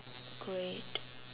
great